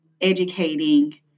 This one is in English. educating